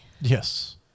Yes